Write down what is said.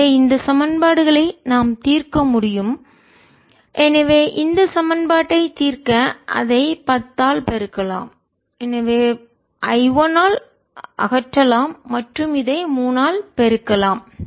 எனவே இந்த சமன்பாடுகளை நாம் தீர்க்க முடியும் எனவே இந்த சமன்பாட்டை தீர்க்க அதை 10 ஆல் பெருக்கலாம் எனவே I 1 ஆல் அகற்றலாம் மற்றும் இதை 3 ஆல் பெருக்கலாம்